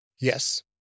Yes